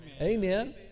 Amen